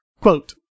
Quote